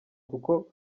kuko